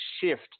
shift